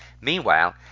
Meanwhile